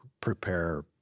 prepare